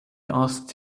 asked